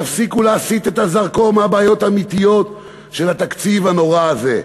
תפסיקו להסיט את הזרקור מהבעיות האמיתיות של התקציב הנורא הזה.